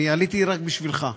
אני עליתי רק בשבילך,